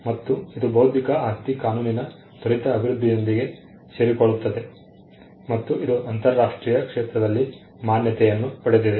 ಮತ್ತು ಇದು ಬೌದ್ಧಿಕ ಆಸ್ತಿ ಕಾನೂನಿನ ತ್ವರಿತ ಅಭಿವೃದ್ಧಿಯೊಂದಿಗೆ ಸೇರಿಕೊಳ್ಳುತ್ತದೆ ಮತ್ತು ಇದು ಅಂತರರಾಷ್ಟ್ರೀಯ ಕ್ಷೇತ್ರದಲ್ಲಿ ಮಾನ್ಯತೆಯನ್ನು ಪಡೆದಿದೆ